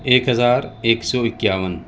ایک ہزار ایک سو اکیاون